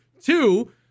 Two